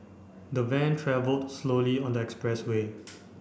the van travelled slowly on the expressway